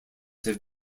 have